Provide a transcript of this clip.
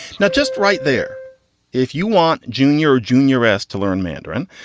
not just right there if you want junior junior s to learn mandarin.